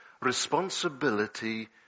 responsibility